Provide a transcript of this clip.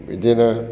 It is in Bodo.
बिदिनो